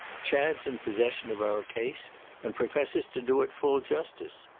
chad's in possession of our case and professes to do it full justice.